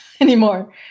anymore